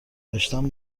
داشتن